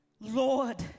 Lord